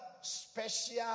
special